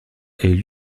elle